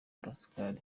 pascal